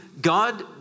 God